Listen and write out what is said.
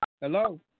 Hello